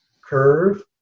curve